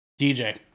DJ